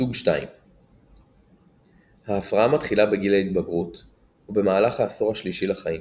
סוג II ההפרעה מתחילה בגיל ההתבגרות או במהלך העשור השלישי לחיים,